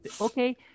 Okay